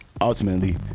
ultimately